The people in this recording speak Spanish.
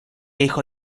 hijo